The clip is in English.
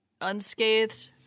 unscathed